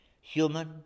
human